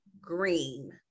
Green